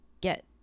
get